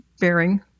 bearing